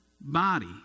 body